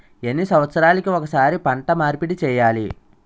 ఎన్ని సంవత్సరాలకి ఒక్కసారి పంట మార్పిడి చేయాలి?